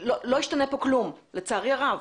לא ישתנה פה כלום, לצערי הרב.